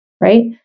right